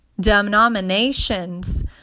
denominations